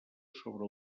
sobre